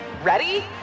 Ready